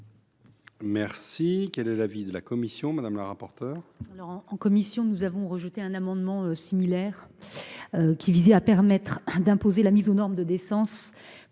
indigne. Quel est l’avis de la commission ? En commission, nous avons rejeté un amendement similaire, qui visait à permettre d’imposer la mise aux normes de décence